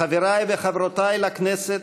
חברי וחברותי לכנסת,